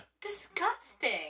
Disgusting